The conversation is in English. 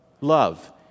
Love